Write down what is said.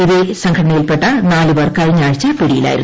ഇതേസംഘടനയിൽപ്പെട്ട നാല് പേർ കഴിഞ്ഞ ആഴ്ച പിടിയിലായിരുന്നു